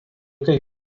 kai